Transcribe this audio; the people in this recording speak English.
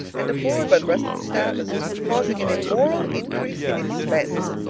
and deplored by the rest of the staff as causing an immoral increase in expense.